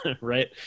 right